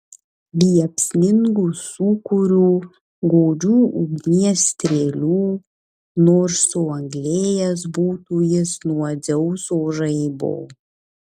liepsningu sūkuriu godžių ugnies strėlių nors suanglėjęs būtų jis nuo dzeuso žaibo